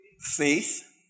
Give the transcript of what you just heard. faith